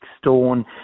stone